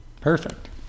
Perfect